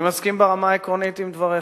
אני מסכים ברמה העקרונית עם דבריך.